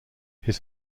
his